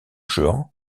jehan